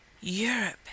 Europe